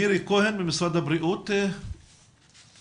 מירי כהן, משרד הבריאות, בבקשה.